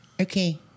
Okay